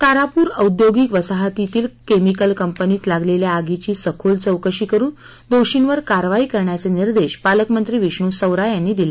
तारापूर औद्योगिक वसाहतीतील केमिकल कंपनीत लागलेल्या आगीची सखोल चौकशी करुन दोषीवर कारवाई करण्याचे निर्देश पालकमंत्री विष्णू सवरा यांनी दिले